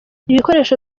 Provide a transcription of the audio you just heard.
ibikoresho